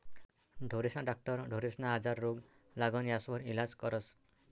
ढोरेस्ना डाक्टर ढोरेस्ना आजार, रोग, लागण यास्वर इलाज करस